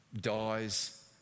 dies